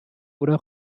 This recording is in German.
oder